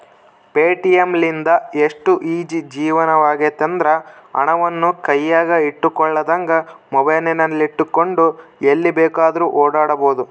Paytm ಲಿಂದ ಎಷ್ಟು easy ಜೀವನವಾಗೆತೆಂದ್ರ, ಹಣವನ್ನು ಕೈಯಗ ಇಟ್ಟುಕೊಳ್ಳದಂಗ ಮೊಬೈಲಿನಗೆಟ್ಟುಕೊಂಡು ಎಲ್ಲಿ ಬೇಕಾದ್ರೂ ಓಡಾಡಬೊದು